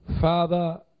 Father